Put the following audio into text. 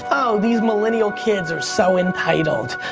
oh these millenial kids are so entitled.